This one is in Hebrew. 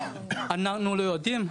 אנחנו לא יודעים,